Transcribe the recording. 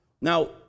Now